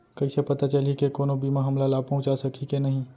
कइसे पता चलही के कोनो बीमा हमला लाभ पहूँचा सकही के नही